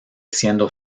siendo